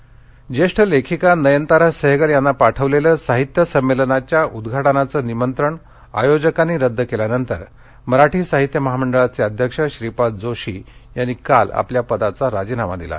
श्रीपाद जोशी राजीनामा जेष्ठ लेखिका नयनतारा सहगल यांना पाठवलेलं साहित्य संमेलनाच्या उद्घाटनाचं निमंत्रण आयोजकांनी रद्द केल्यानंतर मराठी साहित्य महामंडळाचे अध्यक्ष श्रीपाद जोशी यांनी काल आपल्या पदाचा राजीनामा दिला